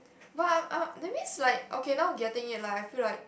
but uh that means like okay now getting it lah I feel like